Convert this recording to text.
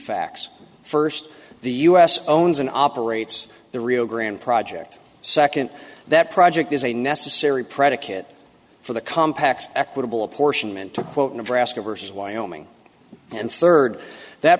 facts first the us own as an operates the rio grande project second that project is a necessary predicate for the compact equitable apportionment to quote nebraska versus wyoming and third that